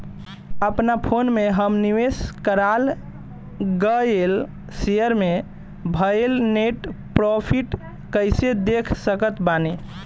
अपना फोन मे हम निवेश कराल गएल शेयर मे भएल नेट प्रॉफ़िट कइसे देख सकत बानी?